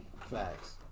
Facts